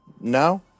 No